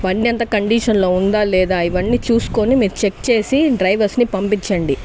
బండి అంత కండిషన్లో ఉందా లేదా ఇవన్నీ చూసుకొని మీరు చెక్ చేసి డ్రైవర్స్ని పంపిచ్చండి